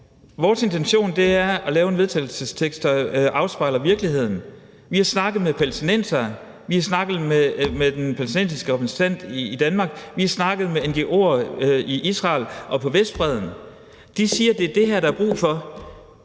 Vores intention er at lave en vedtagelsestekst, der afspejler virkeligheden. Vi har snakket med palæstinensere, vi har snakket med den palæstinensiske repræsentant i Danmark, vi har snakket med ngo'er i Israel og på Vestbredden. De siger, at det er det her, der er brug for.